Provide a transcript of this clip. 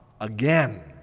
again